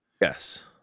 Yes